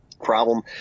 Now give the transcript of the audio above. problem